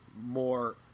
more